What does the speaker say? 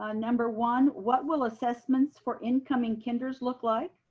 ah number one, what will assessments for incoming kinders look like?